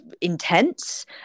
intense